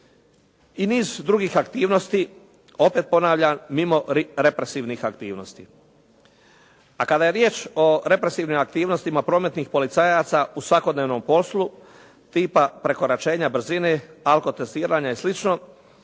I niz drugih aktivnosti opet ponavljam mimo represivnih aktivnosti. A kada je riječ o represivnim aktivnostima prometnih policajaca u svakodnevnom poslu tipa prekoračenja brzine, alkotestiranja i